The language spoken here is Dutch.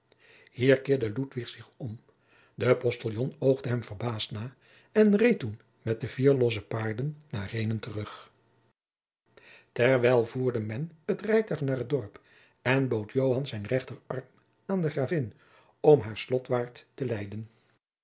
keerde ludwig zich om de postiljon oogde hem verbaasd na en reed toen met de vier losse paarden naar reenen terug terwijl voerde men het rijtuig naar het dorp en bood joan zijn rechter arm aan de gravin om haar slotwaart te leiden